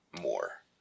more